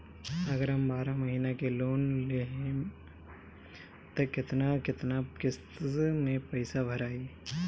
अगर हम बारह महिना के लोन लेहेम त केतना केतना किस्त मे पैसा भराई?